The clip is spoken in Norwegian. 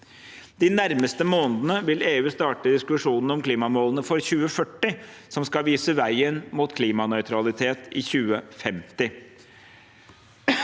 De nærmeste månedene vil EU starte diskusjonene om klimamålene for 2040, som skal vise veien mot klimanøytralitet i 2050.